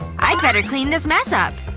i'd better clean this mess up.